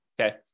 okay